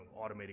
automating